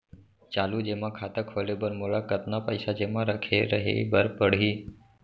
चालू जेमा खाता खोले बर मोला कतना पइसा जेमा रखे रहे बर पड़ही?